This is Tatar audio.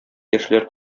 яшьләр